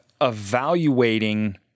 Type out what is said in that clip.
evaluating